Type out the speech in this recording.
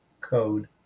code